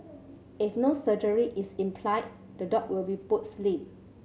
if no surgery is implied the dog will be put sleep